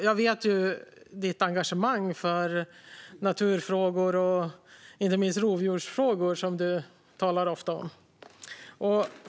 Jag vet ju hur engagerad du är i naturfrågor och inte minst rovdjursfrågor, som du ofta talar om.